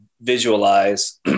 Visualize